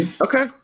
Okay